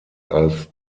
als